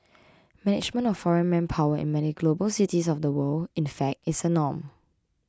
management of foreign manpower in many global cities of the world in fact is a norm